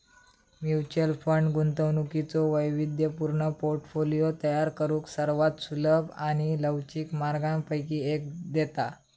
mutual fund गुंतवणुकीचो वैविध्यपूर्ण portfolio तयार करुक सर्वात सुलभ आणि लवचिक मार्गांपैकी एक देता